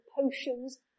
potions